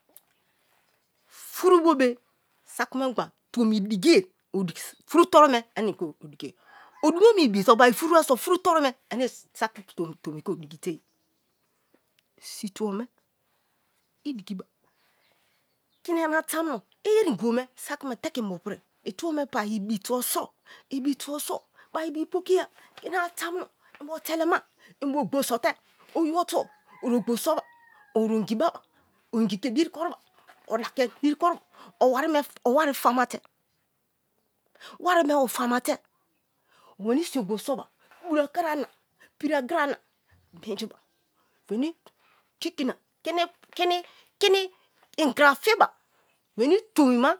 furubo be saki menba tomi digie furu toru me ane in ke odigie odumo me ibiso obari furu ase turu toru me ane tomi odigi te ye si tubo me idigi ba kini yana i amuno iyeri ingibo me saki me teke in bo pri itubo me pa ibi tubo so ibi tubo so bai bi pokiya kini yana i amuno inbo telema inbo ogbo sole oyibo tubo oro ogbo soba oro ingi baba o ingi ke diri kon ba o da ke diri koriba o wari yamati wari me otama te weni si ogbo soba buru agira na piri agira na menji ba, weni ingia fiba weni tomi ma.